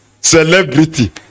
celebrity